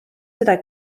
seda